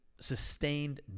sustained